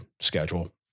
schedule